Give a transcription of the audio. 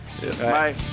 Bye